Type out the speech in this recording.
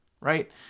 right